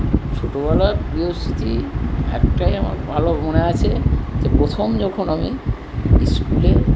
ছোটবেলার প্রিয় স্মৃতি একটাই আমার ভালো মনে আছে যে প্রথম যখন আমি ইস্কুলে